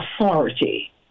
authority